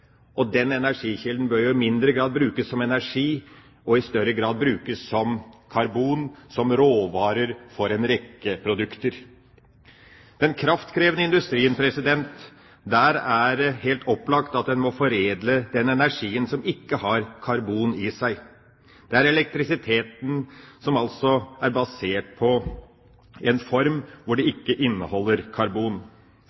og den energikilden bør i mindre grad brukes som energi og i større grad brukes som karbon – som råvare for en rekke produkter. I den kraftkrevende industrien er det helt opplagt at en må foredle den energien som ikke har karbon i seg. Det er elektrisiteten, som altså er basert på en form som ikke inneholder karbon. Det